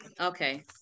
Okay